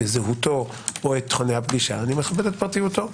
זהותו או את תכני הפגישה אני מכבד את פרטיותו,